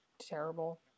terrible